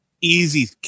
easy